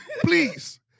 Please